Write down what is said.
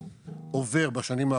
איך ועדת שרשבסקי לוקחת את האנשים אלה